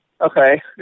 Okay